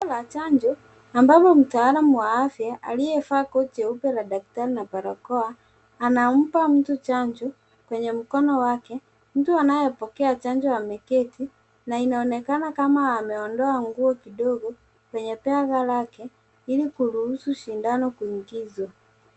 Kituo cha chanjo ambapo mtaalamu wa afya aliyevaa koti jeupe la daktari na barakoa anampa mtu chanjo kwenye mkono wake. Mtu anayepokea chanjo ameketi na inaonekana kama ameondoa nguo kidogo kwenye bega lake ili kuruhusu shindano kuingia.